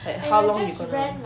like how long you gonna